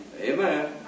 Amen